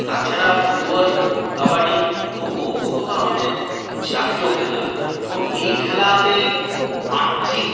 তাছাড়া ফুটবল কাবাডি খোখো খোখোতো আমাদের জাতীয় খেলা এবং এই খেলাতে আর্থিক